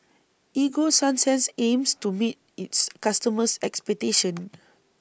Ego Sunsense aims to meet its customers' expectations